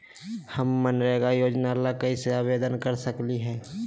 हम मनरेगा योजना ला कैसे आवेदन कर सकली हई?